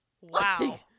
Wow